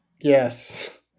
Yes